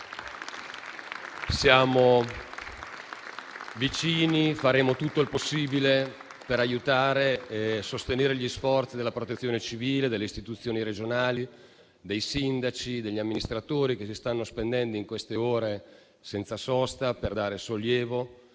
loro vicini e faremo tutto il possibile per aiutare e sostenere gli sforzi della Protezione civile, delle istituzioni regionali, dei sindaci, degli amministratori che si stanno spendendo in queste ore, senza sosta, per dare sollievo.